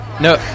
No